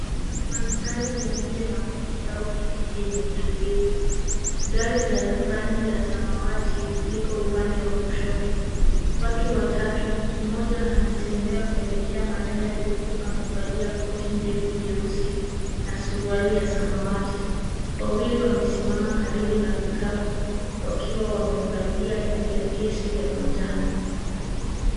Mandhari ya nje ya mji au kijiji yenye utulivu. Gari la rangi ya samawati liko upande wa kushoto. Watu watatu, mmoja anatembea kuelekea magari, huku amevalia ndefu jeusi na suruali ya samawati. Wawili wamesimama karibu na pikapu wakiwa wamevalia viakisi vya majani.